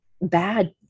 bad